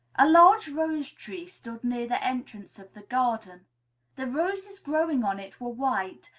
a large rose-tree stood near the entrance of the garden the roses growing on it were white,